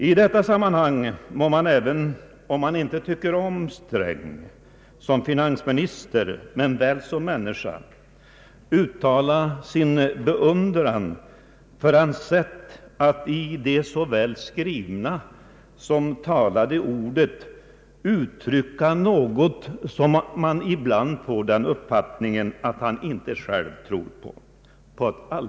I detta sammanhang må man, även om man inte tycker om Sträng såsom finansminister men väl såsom människa, uttala sin beundran för hans sätt att såväl med det skrivna som med det talade ordet utirycka något som man ibland får en uppfattning av att han själv inte tror på.